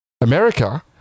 America